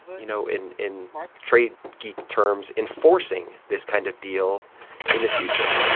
you know, in in trade geek terms enforcing this kind of deal in the future?